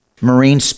marine